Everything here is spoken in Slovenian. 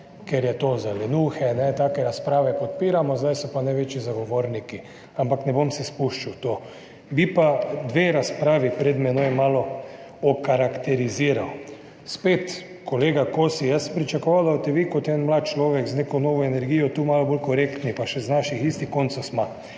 ker je to za lenuhe, take razprave podpiramo, zdaj so pa največji zagovorniki. Ampak ne bom se spuščal v to. Bi pa dve razpravi pred menoj malo okarakteriziral. Spet, kolega Kosi, jaz sem pričakoval, da boste vi kot en mlad človek z neko novo energijo tu malo bolj korektni, pa še z istih koncev sva.